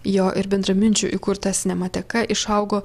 jo ir bendraminčių įkurtas nemateka išaugo